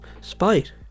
spite